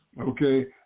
Okay